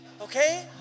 Okay